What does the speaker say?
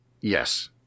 Yes